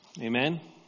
Amen